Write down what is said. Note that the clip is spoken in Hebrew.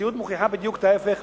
המציאות מוכיחה בדיוק את ההיפך,